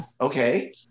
Okay